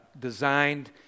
designed